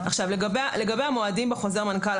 לגבי המועדים בחוזר מנכ"ל,